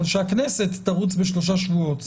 אבל שהכנסת תרוץ בשלושה שבועות.